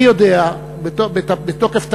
אני יודע, בתוקף תפקידי,